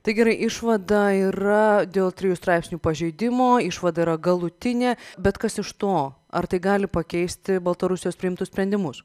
tai gerai išvada yra dėl trijų straipsnių pažeidimo išvada yra galutinė bet kas iš to ar tai gali pakeisti baltarusijos priimtus sprendimus